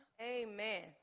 Amen